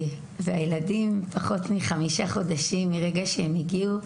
ותוך פחות מחמישה חודשים מהרגע שהם הגיעו,